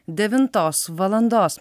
devintos valandos